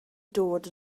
dod